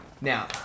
Now